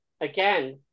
again